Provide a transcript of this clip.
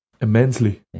immensely